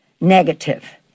negative